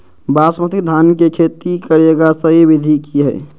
बासमती धान के खेती करेगा सही विधि की हय?